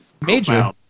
major